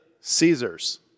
Caesar's